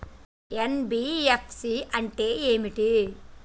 NBFC అంటే ఏమిటి?